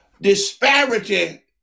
disparity